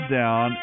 down